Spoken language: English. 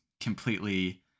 completely